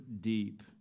deep